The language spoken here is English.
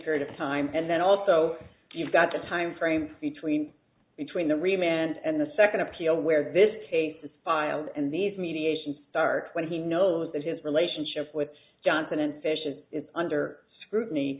period of time and then also you've got the timeframe between between the reman and the second appeal where this case is filed and these mediation starts when he knows that his relationship with johnson and fishes is under scrutiny